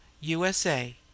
USA